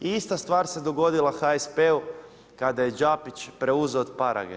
I ista stvar se dogodila HSP-u kada je Đapić preuzeo od Parage.